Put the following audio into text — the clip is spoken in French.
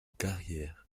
carrière